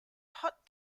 hot